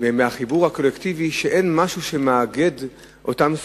מהחיבור הקולקטיבי, כי אין משהו שמאגד אותם.